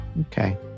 Okay